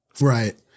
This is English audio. Right